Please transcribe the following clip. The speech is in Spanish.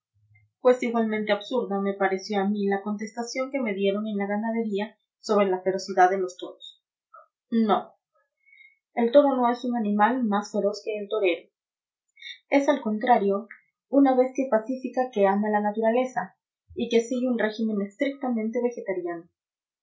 pues igualmente absurda me pareció a mí la contestación que me dieron en la ganadería sobre la ferocidad de los toros no el toro no es un animal más feroz que el torero es al contrario una bestia pacífica que ama la naturaleza y que sigue un régimen estrictamente vegetariano